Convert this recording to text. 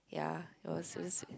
ya it was this